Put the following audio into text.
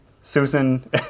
Susan